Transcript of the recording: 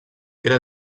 era